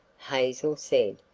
hazel said.